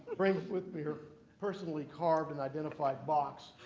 bring with me her personally carved and identified box